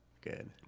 Good